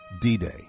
D-Day